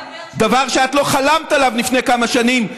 דבר שאת לא חלמת עליו לפני כמה שנים,